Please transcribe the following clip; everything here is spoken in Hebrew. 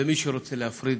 ומי שרוצה להפריד